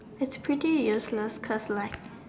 it's pretty useless cause like